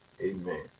Amen